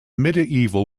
medieval